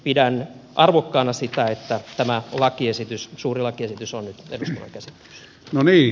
pidän arvokkaana sitä että tämä suuri lakiesitys on nyt eduskunnan käsittelyssä